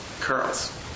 curls